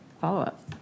follow-up